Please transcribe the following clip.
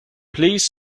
please